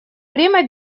время